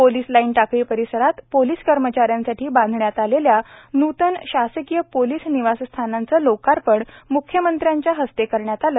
police line Takli परिसरात police कर्मचाऱ्यांसाठी बांधण्यात आलेल्या न्तन शासकीय पोलीस निवासस्थानाचे लोकार्पण म्ख्यमंत्र्यांच्या हस्ते करण्यात आले